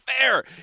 fair